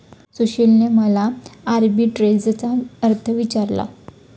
सुशीलने मला आर्बिट्रेजचा अर्थ विचारला